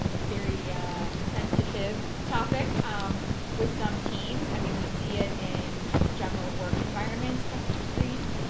fairy yeah sensitive topic um with some teams, i mean, we see it in just general work environments, temperature screens,